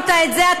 לא שמת את זה.